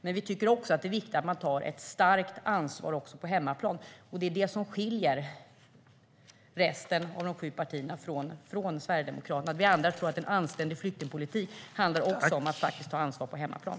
Men vi tycker också att det är viktigt att man tar ett stort ansvar också på hemmaplan. Det är det som skiljer de övriga sju partierna från Sverigedemokraterna. Vi andra tror att en anständig flyktingpolitik också handlar om att faktiskt ta ansvar på hemmaplan.